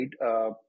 right